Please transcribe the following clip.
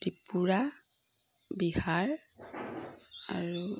ত্ৰিপুৰা বিহাৰ আৰু